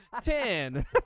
Ten